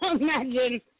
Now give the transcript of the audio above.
Imagine